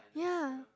yeah